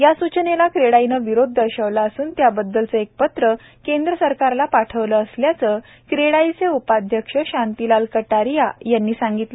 या सूचनेला क्रेडाईने विरोध दर्शवला असून त्याबद्दलचं एक पत्र केंद्र सरकारला पाठवलं असल्याचं क्रेडाईचे उपाध्यक्ष शांतीलाल कटारिया यांनी सांगितलं